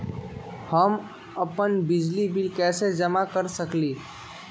हम अपन बिजली बिल कैसे जमा कर सकेली?